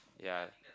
ya